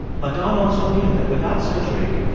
but don also knew that without surgery,